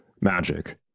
magic